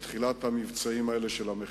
יחידות דיור בתחילת המבצעים של המכירות,